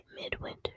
Midwinter